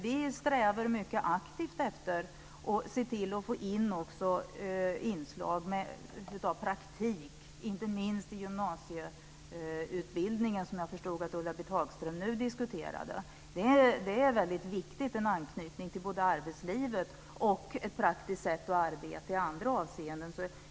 Vi strävar mycket aktivt efter att se till att också få in inslag av praktik, inte minst i gymnasieutbildningen, som jag förstod att Ulla-Britt Hagström nu diskuterade. Det är väldigt viktigt både med en anknytning till arbetslivet och med att ha ett praktiskt sätt att arbeta i andra avseenden.